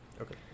Okay